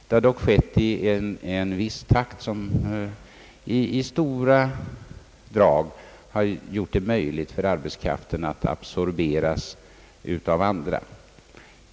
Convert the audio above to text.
Det har dock skett i en takt som i stora drag har gjort det möjligt för arbetskraften att absorberas av andra näringar.